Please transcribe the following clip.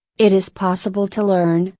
it is possible to learn,